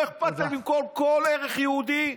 שלא אכפת להם למכור כל ערך יהודי,